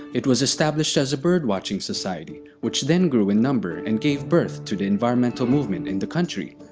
it was established as a birdwatching society, which then grew in number and gave birth to the environmental movement in the country.